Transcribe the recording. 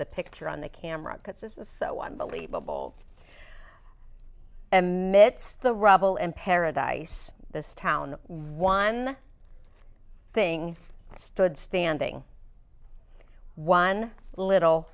the picture on the camera because this is so unbelievable amidst the rubble in paradise this town the one thing stood standing one little